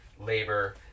labor